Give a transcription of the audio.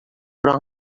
però